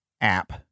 app